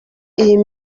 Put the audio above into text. iyo